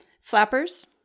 Flappers